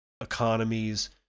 economies